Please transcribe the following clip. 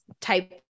type